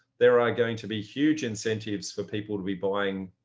there are going to be huge incentives for people to be buying